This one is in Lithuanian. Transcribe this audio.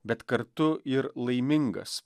bet kartu ir laimingas